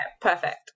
perfect